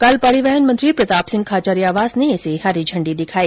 कल परिवहन मंत्री प्रताप सिंह खाचरियावास ने इसे हरी झंडी दिखाई